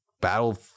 battle